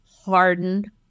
hardened